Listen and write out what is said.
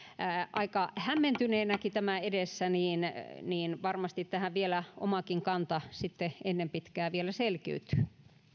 aika hämmentyneenäkin tämän edessä niin niin varmasti tähän vielä omakin kantani sitten ennen pitkää vielä selkiytyy